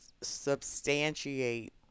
substantiate